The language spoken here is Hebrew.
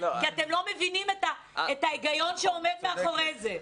כי אתם לא מבינים את ההיגיון שעומד מאחורי זה.